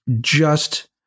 just-